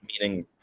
meaning